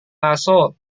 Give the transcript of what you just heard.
aso